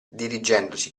dirigendosi